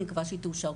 אני מקווה שהיא תאושר.